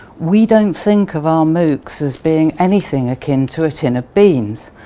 we don't think of our moocs as being anything akin to a tin of beans.